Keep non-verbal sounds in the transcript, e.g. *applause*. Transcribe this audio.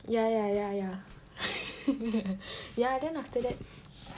ya ya ya ya *laughs* ya then after that